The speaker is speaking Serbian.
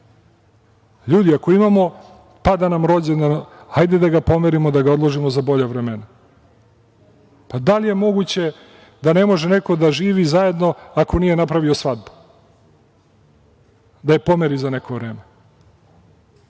Ljudi, ako nam pada rođendan, hajde da ga pomerimo, da ga odložimo za bolja vremena. Da li je moguće da ne može neko da živi zajedno ako nije napravio svadbu, da je pomeri za neko vreme?